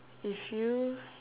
if you